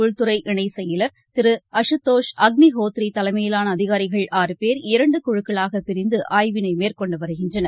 உள்துறை இணைசெயலர் திருஅசுதோஷ் அக்ளினேத்ரிதலைமையிலானஅதிகாரிகள் பேர் இரண்டுகுழுக்களாகபிரிந்துஆய்வினைமேற்கொண்டுவருகின்றனர்